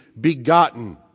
begotten